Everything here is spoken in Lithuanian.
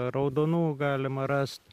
raudonų galima rast